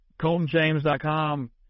coltonjames.com